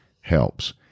helps